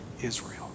Israel